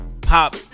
pop